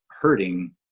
hurting